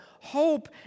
Hope